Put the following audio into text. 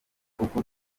uko